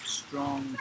strong